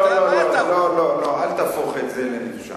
לא, לא, אל תהפוך את זה לנפשע.